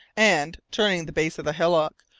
and, turning the base of the hillock,